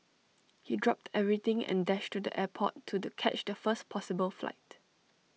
he dropped everything and dashed to the airport to the catch the first possible flight